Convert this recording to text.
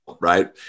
right